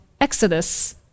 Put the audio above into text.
Exodus